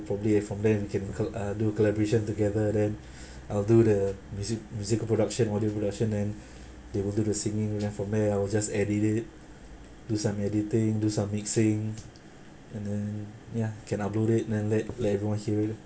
probably uh from then we can uh do a collaboration together then I'll do the music musical production audio production and they will do the singing then from there I will just edit it do some editing do some mixing and then ya can upload it then let let everyone hear it